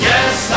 Yes